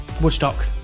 Woodstock